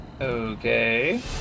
Okay